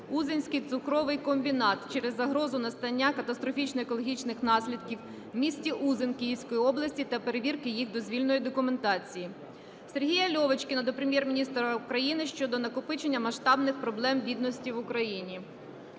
"Узинський цукровий комбінат" через загрозу настання катастрофічних екологічних наслідків в місті Узин Київської області та перевірки їх дозвільної документації. Сергія Льовочкіна до Прем'єр-міністра України щодо накопичення масштабних проблем бідності в Україні.